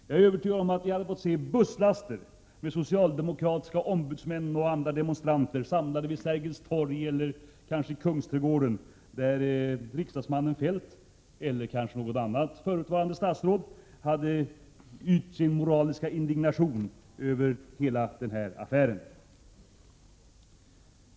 Jag är övertygad om att ni hade fått se busslaster med socialdemokratiska ombudsmän och andra demonstranter samlade vid Sergels torg eller Kungsträdgården, där riksdagsmannen Feldt eller något annat förutvarande statsråd hade uttryckt sin moraliska indignation över hela denna affär.